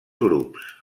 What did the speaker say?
grups